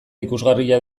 ikusgarria